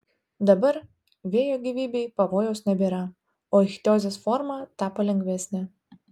dabar vėjo gyvybei pavojaus nebėra o ichtiozės forma tapo lengvesnė